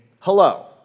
hello